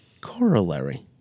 Corollary